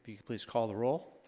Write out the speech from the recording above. please call the roll.